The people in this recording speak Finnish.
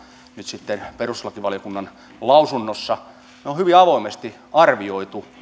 nyt sitten perustuslakivaliokunnan lausunnossa me olemme hyvin avoimesti arvioineet